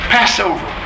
Passover